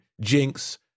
Jinx